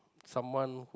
someone